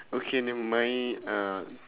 okay never mind uh